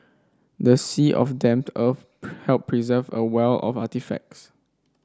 the sea of damp earth helped preserve a wealth of artefacts